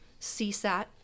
CSAT